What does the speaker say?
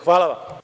Hvala.